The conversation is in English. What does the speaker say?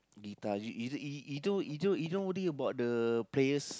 guitar you you you don't you don't you don't worry about the players